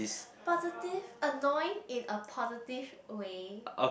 positive annoying in a positive way